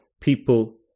people